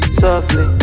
softly